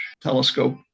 telescope